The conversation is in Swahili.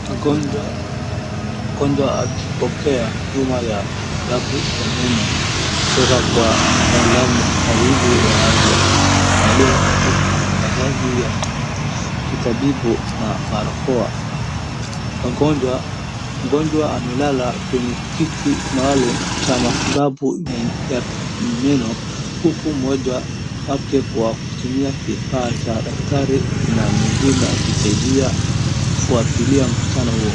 Mgonjwa akipokea huduma ya matibabu ya meno kutoka kwa wataalamu wawili wa afya, walio katika mavazi ya kitabibu na barakoa. Mgonjwa amelala kwenye kiti maalum cha matibabu ya meno huku mmoja wake kwa kutumia kifaa cha daktari na mwingine akisaidia kufuatilia mkutano huo.